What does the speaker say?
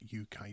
UK